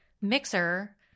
mixer